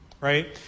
right